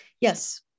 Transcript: Yes